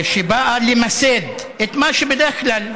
שבאה למסד את מה שבדרך כלל,